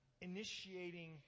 initiating